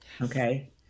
Okay